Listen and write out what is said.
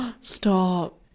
Stop